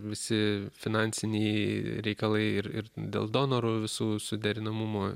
visi finansiniai reikalai ir ir dėl donorų visų suderinamumo